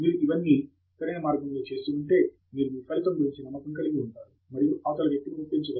మీరు ఇవన్నీ సరైన మార్గంలో చేసి ఉంటే మీరు మీ ఫలితం గురించి నమ్మకం కలిగి ఉంటారు మరియు అవతలి వ్యక్తిని ఒప్పించగలరు